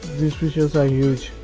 these fishes are huge